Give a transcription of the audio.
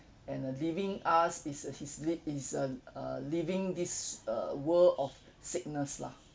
and uh leaving us is uh his lea~ is uh uh leaving this uh world of sickness lah